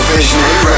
Visionary